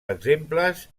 exemples